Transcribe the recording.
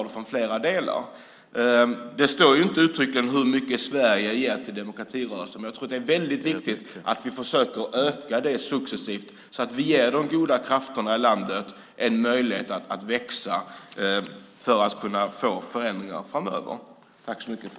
Det står inte uttryckligen hur mycket Sverige ger till demokratirörelsen, men jag tror att det är viktigt att vi försöker öka det successivt så att vi ger de goda krafterna i landet en möjlighet att växa och få förändringar framöver.